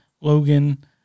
Logan